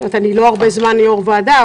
אני לא הרבה זמן יו"ר ועדה,